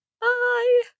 Bye